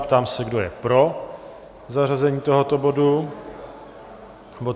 Ptám se, kdo je pro zařazení tohoto bodu?